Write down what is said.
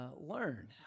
learn